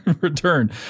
return